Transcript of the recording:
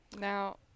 now